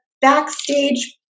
backstage